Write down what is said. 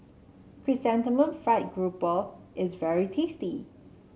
Chrysanthemum Fried Grouper is very tasty